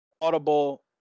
Audible